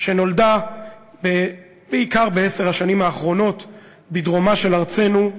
שנולדה בעיקר בעשר השנים האחרונות בדרומה של ארצנו,